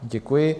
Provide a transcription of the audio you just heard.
Děkuji.